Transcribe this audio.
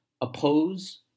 oppose